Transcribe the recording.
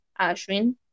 Ashwin